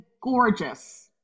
gorgeous